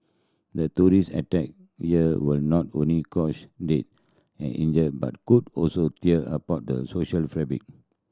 the terrorist attack here will not only cause death and injury but could also tear apart the social fabric